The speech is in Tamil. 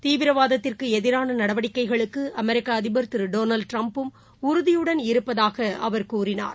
தீவிரவாதத்திற்குஎதிரானநடவடிக்கைகளுக்குஅமெரிக்கஅதிபர் திருடொனால்டுடிரம்ப்பும் உறுதியுடன் இருப்பதாகஅவர் கூறினார்